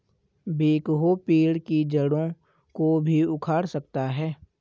backhoe पेड़ की जड़ों को भी उखाड़ सकता है